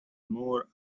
more